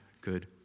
good